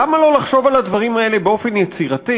למה לא לחשוב על הדברים האלה באופן יצירתי